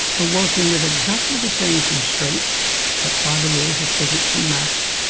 are working with exactly the same constraints set by the laws of physics and maths,